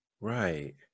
Right